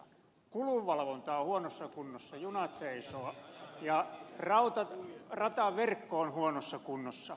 kulunvalvonta on huonossa kunnossa junat seisovat ja rataverkko on huonossa kunnossa